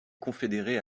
confédérés